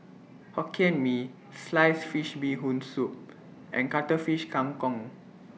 Hokkien Mee Sliced Fish Bee Hoon Soup and Cuttlefish Kang Kong